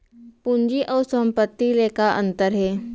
पूंजी अऊ संपत्ति ले का अंतर हे?